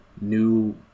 New